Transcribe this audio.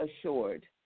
assured